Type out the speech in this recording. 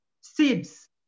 seeds